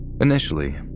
Initially